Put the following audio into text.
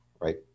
right